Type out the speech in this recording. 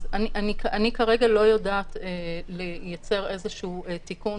אז אני כרגע לא יודעת לייצר איזשהו תיקון